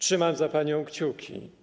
Trzymam za panią kciuki.